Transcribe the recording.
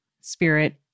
spirit